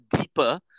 deeper